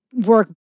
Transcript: work